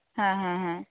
ᱦᱮᱸ ᱦᱮᱸ